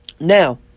Now